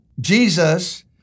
Jesus